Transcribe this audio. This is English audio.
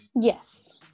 yes